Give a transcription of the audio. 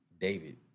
David